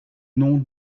nom